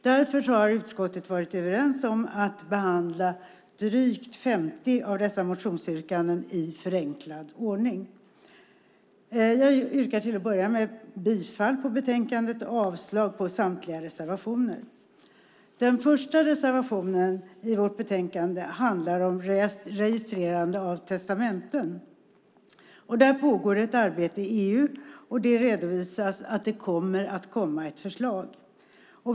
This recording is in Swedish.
Därför har utskottet varit överens om att behandla drygt 50 av dessa motionsyrkanden i förenklad ordning. Jag yrkar till att börja med bifall till utskottets förslag och avslag på samtliga reservationer. Den första reservationen i vårt betänkande handlar om registrerande av testamenten. Där pågår ett arbete i EU. Det redovisas att det kommer att komma ett förslag.